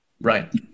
Right